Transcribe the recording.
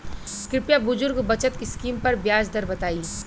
कृपया बुजुर्ग बचत स्किम पर ब्याज दर बताई